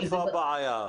איפה הבעיה?